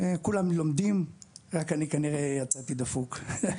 כולם לומדים, רק אני כנראה יצאתי דפוק.